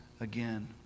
again